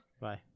Bye